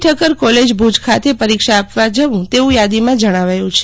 Thakkar college Bhuj ખાતે પરીક્ષા આપવાં જવું તેવું યાદીમાં જણાવાયું છે